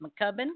McCubbin